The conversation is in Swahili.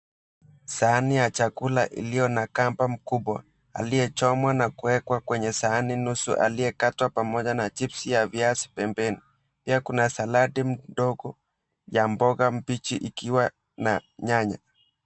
Sahani ya chakula iliyo na kamba mkubwa, aliyechomwa na kuwekwa kwenye sahani nusu aliyekatwa pamoja na chipsi ya viazi pembeni. Pia kuna saladi mdogo ya mboga mbichi ikiwa na nyanya.